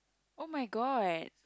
oh-my-god